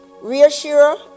reassure